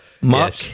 Mark